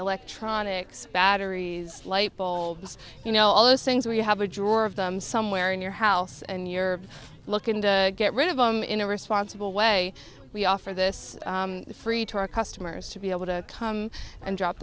electronics batteries light bulbs you know all those things where you have a drawer of them somewhere in your house and you're looking to get rid of them in a responsible way we offer this free to our customers to be able to come and drop